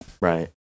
right